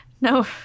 no